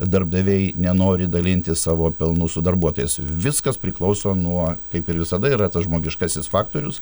darbdaviai nenori dalintis savo pelnu su darbuotojais viskas priklauso nuo kaip ir visada yra tas žmogiškasis faktorius